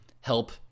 help